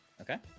Okay